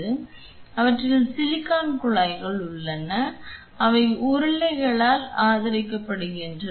எனவே அவற்றில் சிலிகான் குழாய்கள் உள்ளன அவை உருளைகளில் ஆதரிக்கப்படுகின்றன